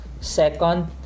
second